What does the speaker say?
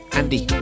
andy